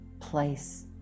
place